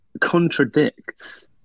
contradicts